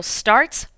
starts